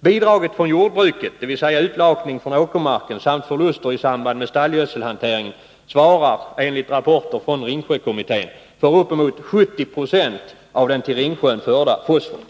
Bidraget från jordbruket, dvs. utlakning från åkermarken samt förluster i samband med stallgödselhanteringen, svarar enligt rapporter från Ringsjökommittén för upp mot 70 96 av den till Ringsjön förda fosforn.